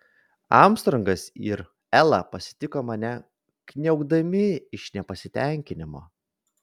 armstrongas ir ela pasitiko mane kniaukdami iš nepasitenkinimo